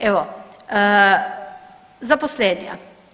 Evo, zaposlenja.